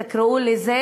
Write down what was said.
תקראו לזה.